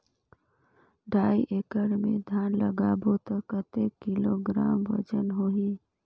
ढाई एकड़ मे धान लगाबो त कतेक किलोग्राम वजन होही?